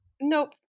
nope